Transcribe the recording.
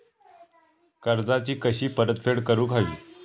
कर्जाची कशी परतफेड करूक हवी?